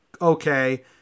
okay